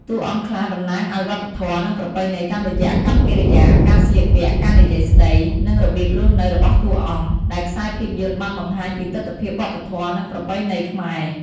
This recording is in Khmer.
តួអង្គខ្លះតំណាងអោយវប្បធម៌ និងប្រពៃណីតាមរយៈអាកប្បកិរិយា ការស្លៀកពាក់ ការនិយាយស្ដី និងរបៀបរស់នៅរបស់តួអង្គ ដែរខ្សែភាពយន្តបានបង្ហាញពីទិដ្ឋភាព វប្បធម៌ និងប្រពៃណីខ្មែរ។